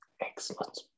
Excellent